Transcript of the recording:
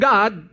God